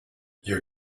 your